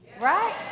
right